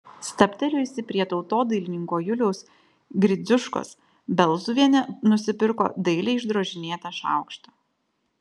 stabtelėjusi prie tautodailininko juliaus gridziuškos belzuvienė nusipirko dailiai išdrožinėtą šaukštą